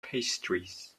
pastries